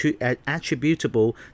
attributable